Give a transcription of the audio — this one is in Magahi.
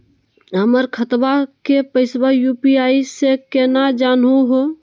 हमर खतवा के पैसवा यू.पी.आई स केना जानहु हो?